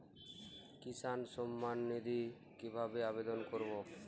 কিষান সম্মাননিধি কিভাবে আবেদন করব?